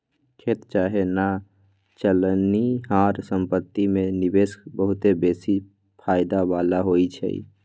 खेत चाहे न चलनिहार संपत्ति में निवेश बहुते बेशी फयदा बला होइ छइ